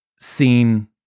seen